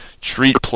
treat